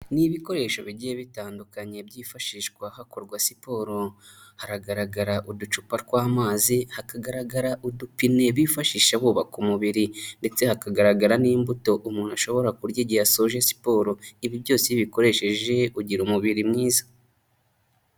Ni ibikoresho bigiye bitandukanye byifashishwa hakorwa siporo, hagaragara uducupa tw'amazi, hakagaragara udupine bifashisha bubaka umubiri ndetse hakagaragara n'imbuto umuntu ashobora kurya igihe ashoje siporo, ibi byose iyo ubikoresheje ugira umubiri mwiza.